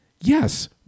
yes